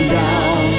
down